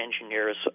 engineers